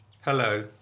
Hello